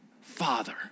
Father